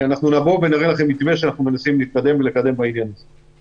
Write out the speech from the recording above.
אנחנו נבוא לוועדה ונראה לכם מתווה שאנחנו מנסים לקדם בעניין הזה.